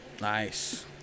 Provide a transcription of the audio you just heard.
Nice